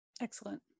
Excellent